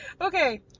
Okay